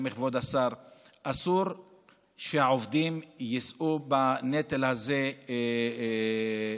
כבוד השר: אסור שהעובדים יישאו בנטל הזה לבד,